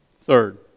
Third